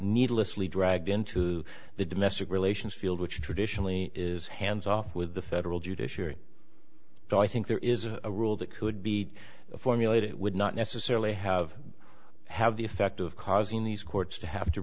needlessly dragged into the messick relations field which traditionally is hands off with the federal judiciary so i think there is a rule that could be formulated it would not necessarily have have the effect of causing these courts to have to